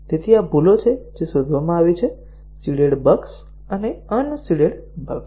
આ ભૂલો છે જે શોધવામાં આવી છે સીડેડ બગ્સ અને અનસેડેડ બગ્સ